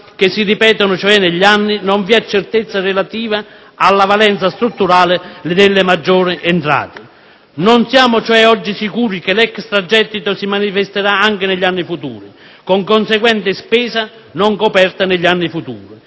che si ripetono negli anni, non vi è certezza relativa alla valenza strutturale delle maggiori entrate. Non siamo, cioè, oggi sicuri che l'extragettito si manifesterà anche negli anni futuri, con conseguente spesa non coperta in futuro.